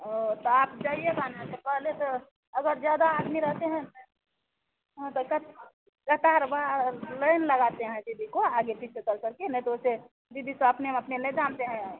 और तो आप जाइएगा ना तो पहले तो अगर ज़्यादा आदमी रहते हैं ना हाँ तो कतार बाहर लइन लगाते हैं दीदी को आगे पीछे कर करके नहीं तो ओइसे दीदी सब अपने में अपने नय जानते हैं